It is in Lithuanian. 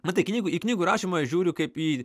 matai knygoj į knygų rašymą aš žiūriu kaip į